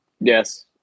Yes